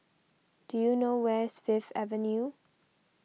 do you know where is Fifth Avenue